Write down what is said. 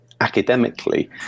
academically